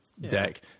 deck